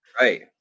Right